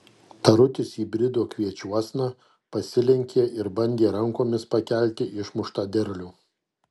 tarutis įbrido kviečiuosna pasilenkė ir bandė rankomis pakelti išmuštą derlių